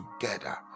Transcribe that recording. together